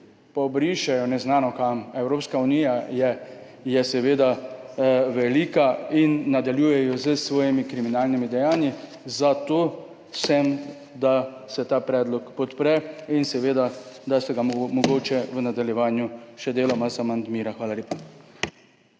pobrišejo neznano kam. Evropska unija je seveda velika in nadaljujejo s svojimi kriminalnimi dejanji. Zato sem za to, da se ta predlog podpre in da se ga mogoče v nadaljevanju še deloma amandmira. Hvala lepa.